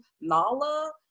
Nala